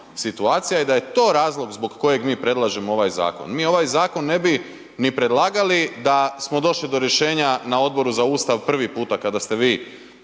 i da je to razlog zbog kojeg mi predlažemo ovaj zakon. Mi ovaj zakon ne bi ni predlagali da smo došli do rješenja na Odboru za Ustav prvi puta kada ste vi,